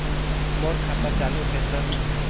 मोर खाता चालु हे सर?